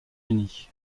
unis